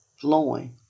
flowing